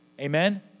amen